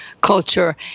culture